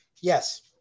Yes